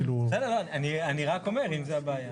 לא, אני רק אומר, אם זה הבעיה.